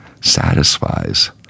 satisfies